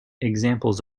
examples